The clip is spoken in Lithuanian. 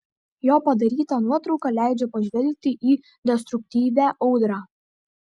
jo padaryta nuotrauka leidžia pažvelgti į destruktyvią audrą